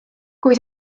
kui